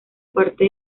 parte